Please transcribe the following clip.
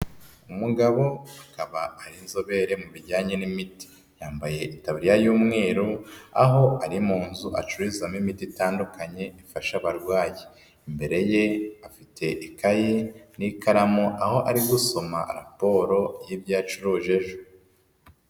Umugabo akaba ari inzobere mu bijyanye n'imiti, yambaye itaburiya y'umweru aho ari mu nzu acururizamo imiti itandukanye ifasha abarwayi, imbere ye afite ikaye n'ikaramu aho ari gusoma raporo y'ibyo yacuruje ejo.